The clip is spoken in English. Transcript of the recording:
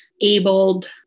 abled